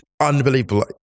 unbelievable